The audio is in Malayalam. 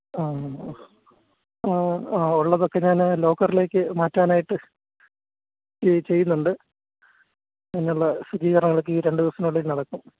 ആ ഹാ ആ ഉള്ളതൊക്കെ ഞാൻ ലോക്കറിലേക്ക് മാറ്റാനായ്ട്ട് ചെയ്യുന്നുണ്ട് അതിനുള്ള സജീകരണങ്ങളക്കെ ഈ രണ്ട് ദിവസത്തിനുള്ളിൽ നടക്കും